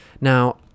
Now